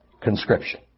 conscription